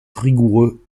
rigoureux